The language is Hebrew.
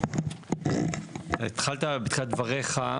התחלת בתחילת דבריך,